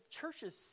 churches